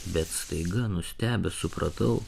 bet staiga nustebęs supratau